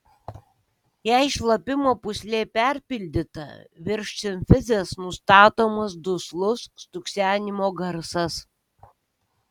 jei šlapimo pūslė perpildyta virš simfizės nustatomas duslus stuksenimo garsas